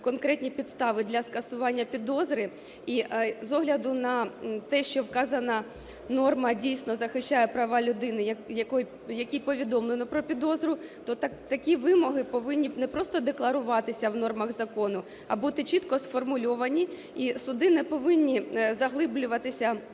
конкретні підстави для скасування підозри, і з огляду на те, що вказана норма дійсно захищає права людини, якій повідомлено про підозру, то такі вимоги повинні не просто декларуватися в нормах закону, а бути чітко сформульовані, і суди не повинні заглиблюватися